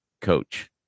coach